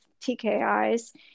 TKIs